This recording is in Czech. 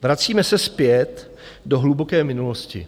Vracíme se zpět do hluboké minulosti.